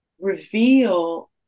reveal